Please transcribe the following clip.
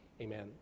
Amen